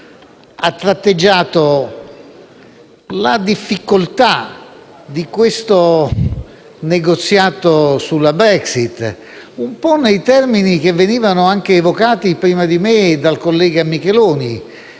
ha tratteggiato la difficoltà di questo negoziato sulla Brexit, un po' nei termini che venivano anche evocati prima di me dal collega Micheloni